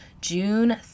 June